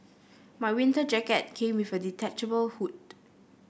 my winter jacket came with a detachable hood